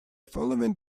following